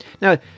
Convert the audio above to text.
Now